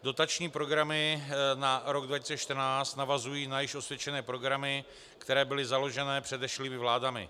Dotační programy na rok 2014 navazují na již osvědčené programy, které byly založeny předešlými vládami.